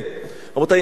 רבותי, אין ברירה.